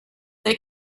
they